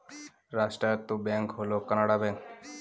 রাষ্ট্রায়ত্ত ব্যাঙ্ক হল কানাড়া ব্যাঙ্ক